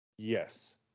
Yes